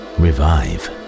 revive